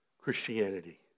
Christianity